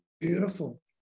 beautiful